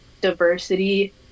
diversity